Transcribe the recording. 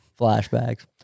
Flashbacks